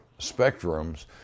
spectrums